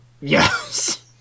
yes